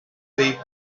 leave